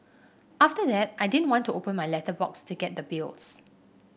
after that I didn't want to open my letterbox to get the bills